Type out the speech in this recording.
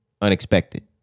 unexpected